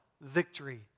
victory